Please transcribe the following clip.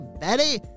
Betty